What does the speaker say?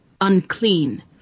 unclean